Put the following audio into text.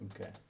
Okay